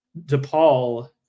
DePaul